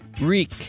Reek